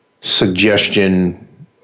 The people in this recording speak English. suggestion